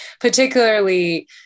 Particularly